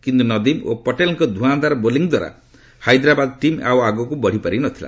କିନ୍ତୁ ନଦିମ୍ ଓ ପଟେଲ୍ଙ୍କ ଧ୍ରଆଁଧାର ବୋଲିଂ ଦ୍ୱାରା ହାଇଦ୍ରାବାଦ ଟିମ୍ ଆଉ ଆଗକୁ ବଢ଼ିପାରି ନ ଥିଲା